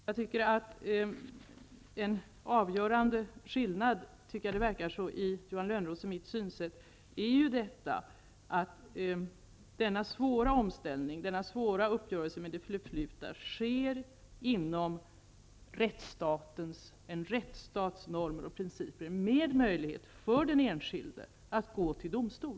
Jag tycker att en avgörande skillnad mellan Johan Lönnroths och mitt synsätt verkar vara att denna svåra omställning, denna svåra uppgörelse med det förflutna, sker inom ramen för en rättsstats normer och principer, med möjlighet för den enskilde att gå till domstol.